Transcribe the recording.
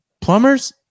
plumbers